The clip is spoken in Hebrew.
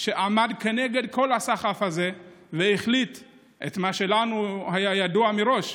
שעמד כנגד כל הסחף הזה והחליט את מה שלנו היה ידוע מראש,